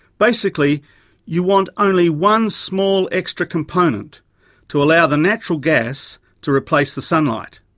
basically you want only one small extra component to allow the natural gas to replace the sunlight.